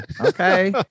okay